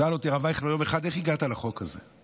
שאל אותי הרב אייכלר יום אחד: איך הגעת לחוק הזה?